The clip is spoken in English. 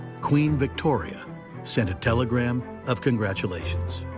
queen victoria sent a telegram of congratulations.